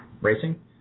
racing